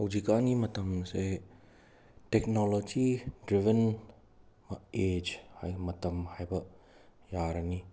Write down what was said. ꯍꯧꯖꯤꯛꯀꯥꯟꯒꯤ ꯃꯇꯝꯁꯦ technology driven age ꯃꯇꯝ ꯍꯏꯕ ꯌꯥꯔꯅꯤ